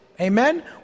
amen